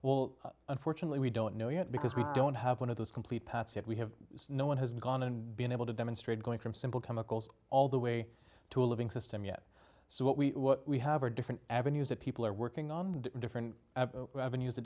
well unfortunately we don't know yet because we don't have one of those complete paths that we have no one has gone and been able to demonstrate going from simple chemicals all the way to a living system yet so what we what we have are different avenues that people are working on different avenues